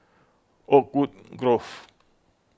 Oakwood Grove